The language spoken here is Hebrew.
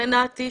לנתי,